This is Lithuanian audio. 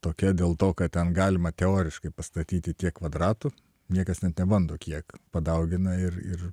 tokia dėl to kad ten galima teoriškai pastatyti tiek kvadratų niekas net nebando kiek padaugina ir ir